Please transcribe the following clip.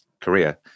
Korea